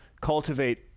cultivate